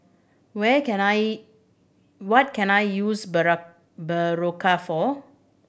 where can I what can I use Berocca for